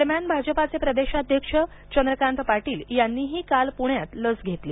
दरम्यान भाजपाचे प्रदेशाध्यक्ष चंद्रकांत पाटील यांनीही काल पुण्यात लस घेतली